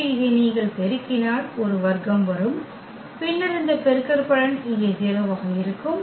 எனவே இதை நீங்கள் பெருக்கினால் ஒரு வர்க்கம் வரும் பின்னர் இந்த பெருக்கற்பலன் இங்கே 0 ஆக இருக்கும்